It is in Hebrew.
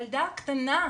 ילדה קטנה.